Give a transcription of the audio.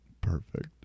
perfect